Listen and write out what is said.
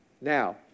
Now